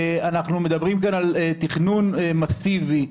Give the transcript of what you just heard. אנחנו מדברים כאן על תכנון מסיבי,